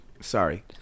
sorry